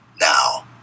Now